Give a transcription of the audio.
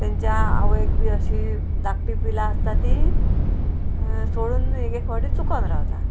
तेंच्या आवयक बी अशीं धाकटी पिलां आसता तीं सोडून एक एक फावटी चुकोन रावता